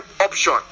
option